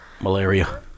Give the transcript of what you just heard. malaria